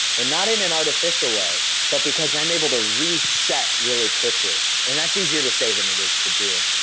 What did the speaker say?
and not in an artificial way, but because i'm able to reset really quickly. and that's easier to say than it is to do.